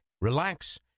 relax